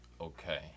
Okay